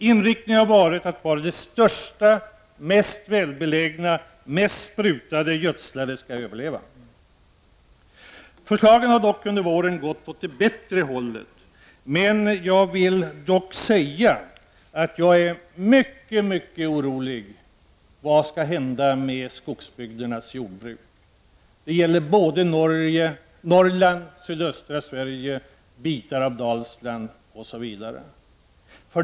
Inriktningen har varit att bara de största, mest välbelägna och mest sprutande och gödslande skall överleva. Förslagen har dock under våren gått åt bättre håll. Jag måste ändå säga att jag är mycket oroad för vad som skall hända med skogsbygdernas jordbruk. Det gäller Norrland, sydöstra Sverige, delar av Dalsland m.m.